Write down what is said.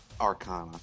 Arcana